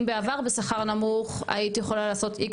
אם בעבר בשכר נמוך היית יכולה לעשות X,